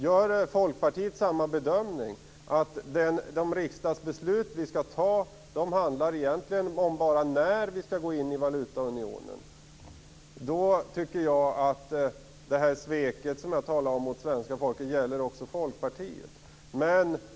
Gör Folkpartiet samma bedömning, att de riksdagsbeslut som vi skall ta egentligen bara handlar om tidpunkten för när vi skall gå in i valutaunionen, tycker jag att också Folkpartiet står bakom det svek mot svenska folket som jag talar om.